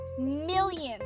Millions